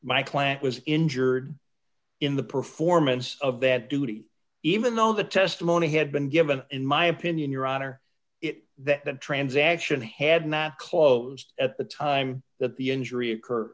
my class was injured in the performance of that duty even though the testimony had been given in my opinion your honor it that the transaction had not closed at the time that the injury